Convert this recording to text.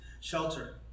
shelter